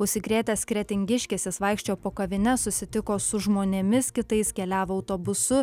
užsikrėtęs kretingiškis jis vaikščiojo po kavines susitiko su žmonėmis kitais keliavo autobusu